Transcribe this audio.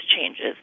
changes